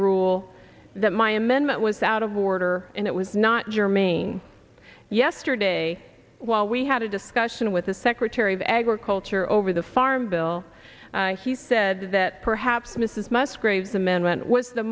rule that my amendment was out of order and it was not germane yesterday while we had a discussion with the secretary of agriculture over the farm bill he said that perhaps mrs musgrave's amendment was the